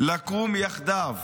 לקום יחדיו,